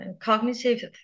cognitive